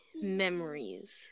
memories